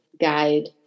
guide